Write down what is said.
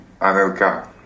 Anelka